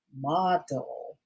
model